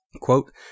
Quote